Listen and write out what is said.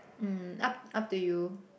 mm up up to you